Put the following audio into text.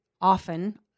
often